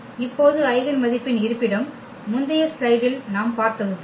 இப்போது ஐகென் மதிப்பின் இருப்பிடம் முந்தைய ஸ்லைடில் நாம் பார்த்ததுதான்